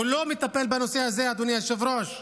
הוא לא מטפל בנושא הזה, אדוני היושב-ראש.